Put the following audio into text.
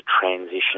transition